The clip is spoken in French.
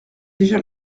déjà